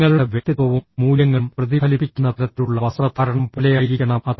നിങ്ങളുടെ വ്യക്തിത്വവും മൂല്യങ്ങളും പ്രതിഫലിപ്പിക്കുന്ന തരത്തിലുള്ള വസ്ത്രധാരണം പോലെയായിരിക്കണം അത്